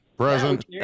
Present